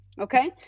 Okay